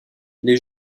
les